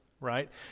right